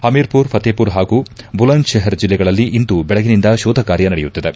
ಹಮೀರ್ಪುರ್ ಫತೇಪುರ್ ಹಾಗೂ ಬುಲಂದ್ಶೆಹರ್ ಜಿಲ್ಲೆಗಳಲ್ಲಿ ಇಂದು ಬೆಳಗಿನಿಂದ ಶೋಧ ಕಾರ್ಯ ನಡೆಯುತ್ತಿದೆ